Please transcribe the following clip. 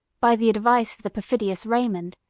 by the advice of the perfidious raymond,